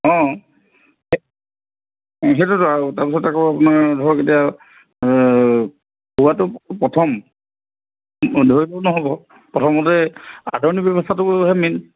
অঁ সেই সেইটোতো আকৌ তাৰপিছত আকৌ আপোনাৰ ধৰক এতিয়া হোৱাটো প্ৰথম অঁ ধৰিলেও নহ'ব প্ৰথমতে আদৰণি ব্যৱস্থাটোহে মেইন